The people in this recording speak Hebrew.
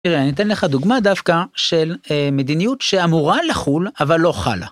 תראה, אני אתן לך דוגמא דווקא של מדיניות שאמורה לחול אבל לא חלה.